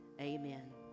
amen